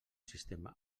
sistema